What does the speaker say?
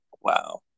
wow